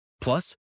Plus